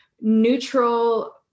neutral